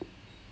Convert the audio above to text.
oh